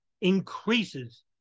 increases